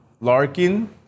Larkin